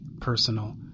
personal